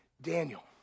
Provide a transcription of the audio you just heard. Daniel